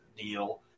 deal